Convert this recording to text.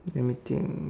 let me think